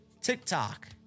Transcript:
TikTok